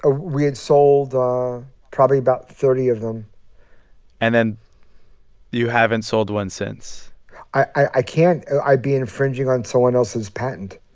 ah we had sold probably about thirty of them and then you haven't sold one since i can't. i'd be infringing on someone else's patent